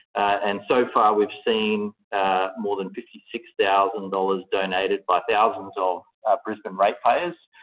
and so far we've seen more than fifty six thousand dollars donated by thousands of brisbane ratepayers.